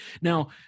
Now